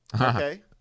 Okay